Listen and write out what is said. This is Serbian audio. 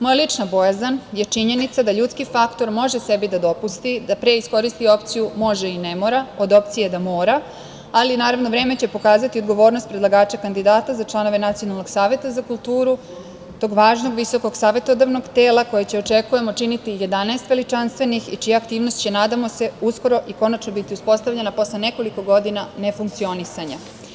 Moja lična bojazan je činjenica da ljudski faktor može sebi da dopusti da pre iskoristi opciju može i ne mora od opcije da mora, ali naravno vreme će pokazati odgovornost predlagača kandidata za članove Nacionalnog saveta za kulturu, tog važnog visokog savetodavnog tela koje će, očekujemo, činiti 11 veličanstvenih i čija aktivnost će, nadamo se, uskoro i konačno biti uspostavljena posle nekoliko godina nefunkcionisanja.